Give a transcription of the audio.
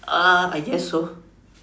ah I guess so